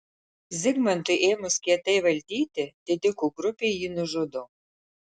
zigmantui ėmus kietai valdyti didikų grupė jį nužudo